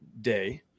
day